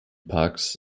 parks